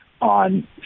on